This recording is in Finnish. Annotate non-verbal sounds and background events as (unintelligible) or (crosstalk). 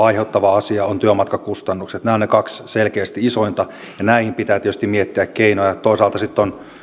(unintelligible) aiheuttava asia on työmatkakustannukset nämä ovat ne kaksi selkeästi isointa asiaa ja näihin pitää tietysti miettiä keinoja toisaalta sitten